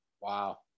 Wow